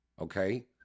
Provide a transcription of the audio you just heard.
okay